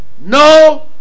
No